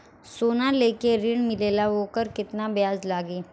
सोना लेके ऋण मिलेला वोकर केतना ब्याज लागी?